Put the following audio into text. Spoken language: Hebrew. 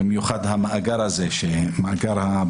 במיוחד המאגר הביומטרי,